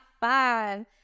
five